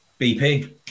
BP